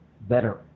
better